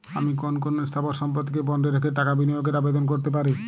আমি কোন কোন স্থাবর সম্পত্তিকে বন্ডে রেখে টাকা বিনিয়োগের আবেদন করতে পারি?